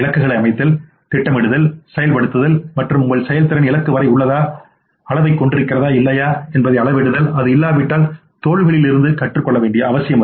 இலக்குகளை அமைத்தல் திட்டமிடல் செயல்படுத்துதல் மற்றும் உங்கள் செயல்திறன் இலக்கு வரை உள்ளதா அளவைக் கொண்டிருக்கிறதா இல்லையா என்பதை அளவிடுதல் அது இல்லாவிட்டால் தோல்விகளில் இருந்து கற்றுக் கொள்ளுங்கள்